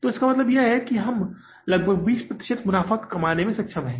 तो इसका मतलब यह है कि हम लगभग 20 प्रतिशत मुनाफा कमाने में सक्षम हैं